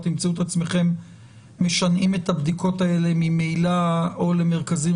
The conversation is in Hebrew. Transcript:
תמצאו את עצמכם משנעים את הבדיקות האלה ממילא או למרכזים